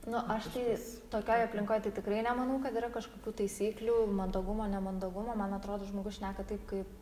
nu aš tai tokioj aplinkoj tai tikrai nemanau kad yra kažkokių taisyklių mandagumo nemandagumo man atrodo žmogus šneka taip kaip